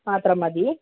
മാത്രം മതി